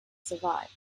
survive